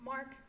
Mark